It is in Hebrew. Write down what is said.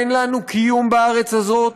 אין לנו קיום בארץ הזאת.